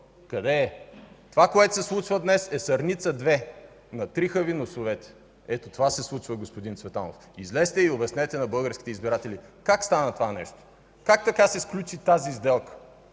Къде е? Това, което се случва днес, е „Сърница 2” – натриха Ви носовете. (Реплики от ГЕРБ.) Ето, това се случва, господин Цветанов! Излезте и обяснете на българските избиратели как стана това нещо? Как така се сключи тази сделка?